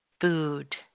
food